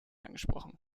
angesprochen